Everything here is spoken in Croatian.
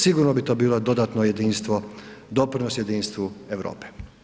Sigurno bi to bilo dodatno jedinstvo, doprinos jedinstvu Europe.